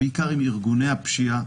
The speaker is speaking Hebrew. בעיקר עם ארגוני הפשיעה